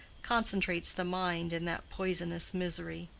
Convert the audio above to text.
concentrates the mind in that poisonous misery?